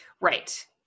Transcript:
Right